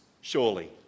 surely